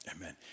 amen